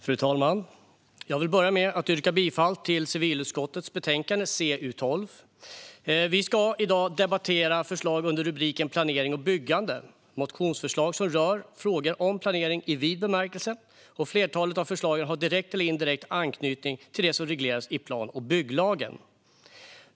Fru talman! Jag vill börja med att yrka bifall till civilutskottets förslag i betänkande CU12. Vi ska i dag debattera förslag under rubriken Planering och byggande - motionsförslag som rör frågor om planering i vid bemärkelse. Flertalet av förslagen har direkt eller indirekt anknytning till det som regleras i plan och bygglagen.